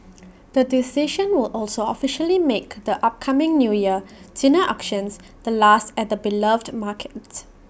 the decision will also officially make the upcoming New Year tuna auctions the last at the beloved markets